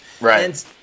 Right